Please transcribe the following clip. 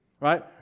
right